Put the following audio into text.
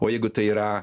o jeigu tai yra